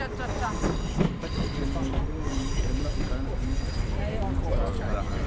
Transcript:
संपत्ति के मूल्यों में कमी के कारण हमे घाटा झेलना पड़ा था